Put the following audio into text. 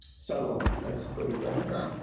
subtle, let's put it that way.